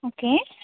okay